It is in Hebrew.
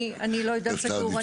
אני לא יודעת סגור,